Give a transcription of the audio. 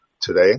today